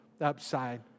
upside